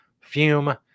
fume